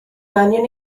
angen